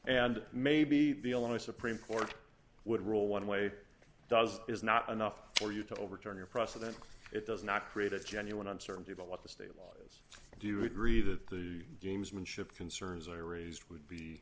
and maybe the illinois supreme court would rule one way does is not enough for you to overturn your precedent it does not create a genuine uncertainty about what the stables do you agree that the gamesmanship concerns are raised would be